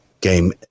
game